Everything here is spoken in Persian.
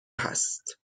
هست